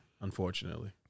unfortunately